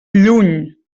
lluny